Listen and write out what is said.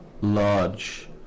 large